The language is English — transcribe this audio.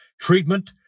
treatment